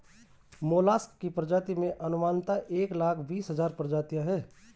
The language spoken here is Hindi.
मोलस्क की प्रजातियों में अनुमानतः एक लाख बीस हज़ार प्रजातियां है